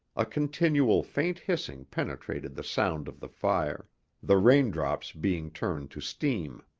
a continual faint hissing penetrated the sound of the fire the raindrops being turned to steam.